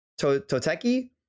Toteki